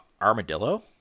armadillo